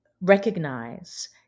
recognize